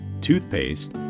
toothpaste